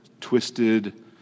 Twisted